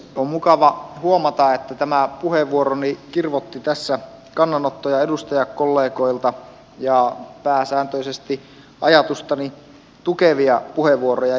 on mukava huomata että tämä puheenvuoroni kirvoitti tässä kannanottoja edustajakollegoilta ja pääsääntöisesti ajatustani tukevia puheenvuoroja